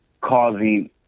causing